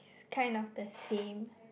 kind of the same